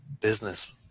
business